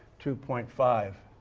two point five